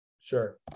Sure